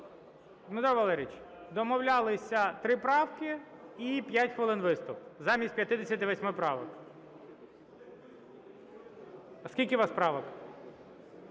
Дмитро Валерійович, домовлялися три правки і 5 хвилин виступ замість 58 правок. А скільки у вас правок?